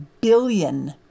billion